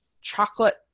chocolate